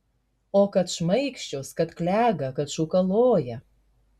o kad šmaikščios kad klega kad šūkaloja